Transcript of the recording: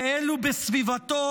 ואלו בסביבתו,